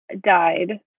died